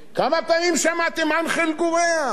כמה פעמים שמעתם "אנחל גורייה"?